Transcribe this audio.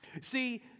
See